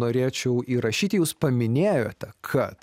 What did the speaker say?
norėčiau įrašyti jūs paminėjote kad